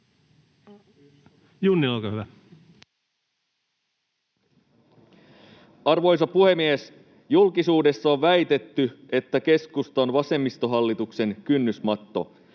Arvoisa puhemies! Julkisuudessa on väitetty, että keskusta on vasemmistohallituksen kynnysmatto.